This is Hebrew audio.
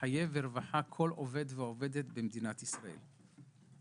לחיי ולרווחת כל עובד ועובדת במדינת ישראל.